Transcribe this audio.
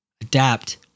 adapt